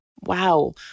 Wow